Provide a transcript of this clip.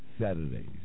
Saturdays